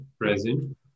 present